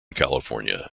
california